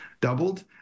doubled